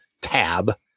tab